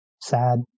sad